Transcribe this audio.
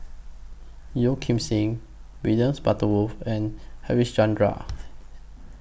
Yeo Kim Seng William Butterworth and Harichandra